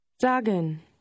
Sagen